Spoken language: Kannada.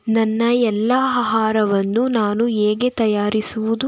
ನನ್ನ ಎಲ್ಲ ಆಹಾರವನ್ನು ನಾನು ಹೇಗೆ ತಯಾರಿಸುವುದು